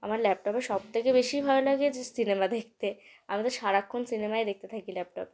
আমার ল্যাপটপে সব থেকে বেশি ভালো লাগে যে সিনেমা দেখতে আমি তো সারাক্ষণ সিনেমাই দেখতে থাকি ল্যাপটপে